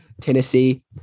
Tennessee